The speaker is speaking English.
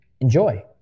enjoy